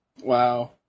Wow